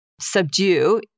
subdue